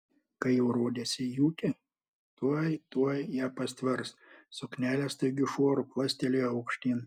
kai jau rodėsi juki tuoj tuoj ją pastvers suknelė staigiu šuoru plastelėjo aukštyn